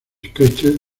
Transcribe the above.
sketches